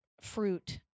fruit